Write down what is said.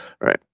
right